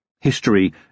History